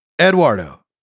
Eduardo